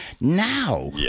Now